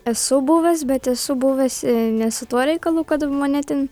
esu buvęs bet esu buvęs ne su tuo reikalu kad mane ten